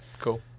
Cool